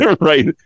right